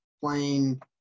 playing